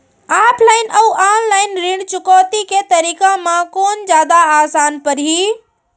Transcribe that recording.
Offline अऊ online ऋण चुकौती के तरीका म कोन जादा आसान परही?